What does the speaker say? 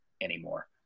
anymore